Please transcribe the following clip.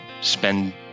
spend